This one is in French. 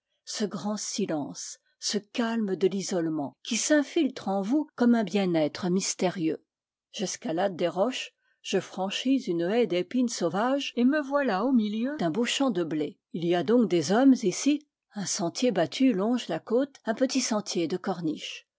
ce grand silence ce calme de l'isolement qui s'infiltre en vous comme un bien-être mystérieux j'escalade des roches je franchis une haie d'épine sau vage et me voilà au milieu d'un beau champ de blé il y a donc des hommes ici un sentier battu longe la côte un petit sentier de